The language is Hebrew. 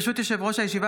ברשות יושב-ראש הישיבה,